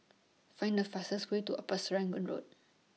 Find The fastest Way to Upper Serangoon Road